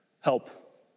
help